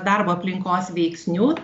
darbo aplinkos veiksnių